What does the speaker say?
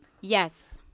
yes